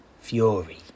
fury